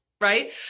right